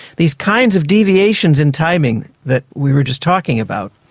these kinds of deviations in timing that we were just talking about,